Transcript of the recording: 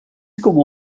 como